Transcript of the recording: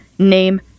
name